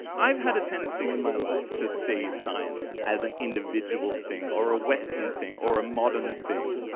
i've had a tendency, in my life, to see science as an individual thing or a western thing or a modern thing.